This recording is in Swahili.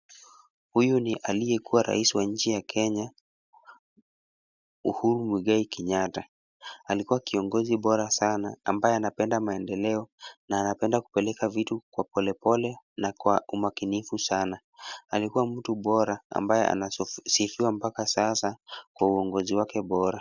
Huyu ni aliyekuwa rais wa Kenya Uhuru Muigai Kenyatta. Alikuwa kiongozi bora sana ambaye anapenda maendeleo na anapenda kupeleka vitu kwa polepole na kwa umakinifu sana. Alikuwa mtu bora ambaye anasifiwa mpaka sasa kwa uongozi wake bora.